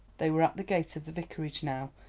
they were at the gate of the vicarage now,